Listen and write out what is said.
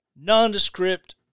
nondescript